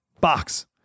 Box